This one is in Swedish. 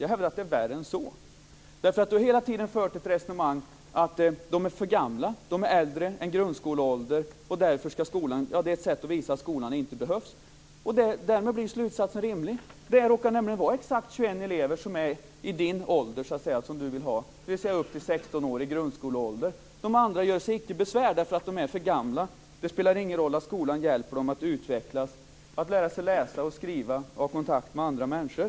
Jag hävdar att det är värre än så, därför att hon har hela tiden fört ett resonemang om att de är för gamla, att de är äldre än i grundskoleålder. Det är ett sätt att visa att skolan inte behövs. Därmed blir slutsatsen rimlig. Det råkar nämligen vara exakt 21 elever som är i den ålder som Ingegerd Wärnersson vill att de ska vara, dvs. upp till 16 år, i grundskoleålder. De andra göre sig icke besvär därför att de är för gamla. Det spelar ingen roll att skolan hjälper dem att utvecklas, lära sig läsa, skriva och ha kontakt med andra människor.